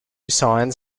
signs